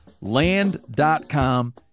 Land.com